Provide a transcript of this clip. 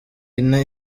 ine